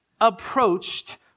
approached